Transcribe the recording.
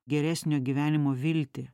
geresnio gyvenimo viltį